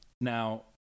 Now